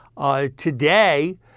Today